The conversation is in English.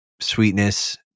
sweetness